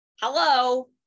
Hello